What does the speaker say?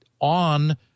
on